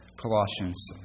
Colossians